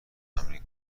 تمرین